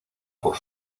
por